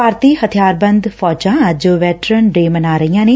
ਭਾਰਤੀ ਹਥਿਆਰਬੰਦ ਫੌਜਾਂ ਅੱਜ ਵੈਟਰਨ ਡੇ ਮਨਾ ਰਹੀਆਂ ਨੇ